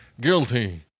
guilty